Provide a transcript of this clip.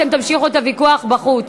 אתם תמשיכו את הוויכוח בחוץ.